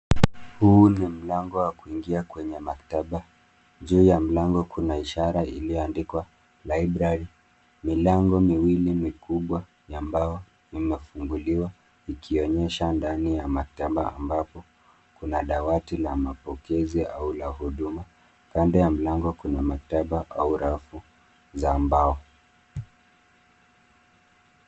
Huu ni mlango wa kuingia kwenye maktaba. Juu ya mlango kuna ishara iliyoandikwa library . Milango miwili mikubwa ya mbao imefunguliwa, ikionyesha ndani ya maktaba ambapo kuna dawati la mapokezi au la huduma. Kando ya mlango kuna maktaba au rafu za mbao.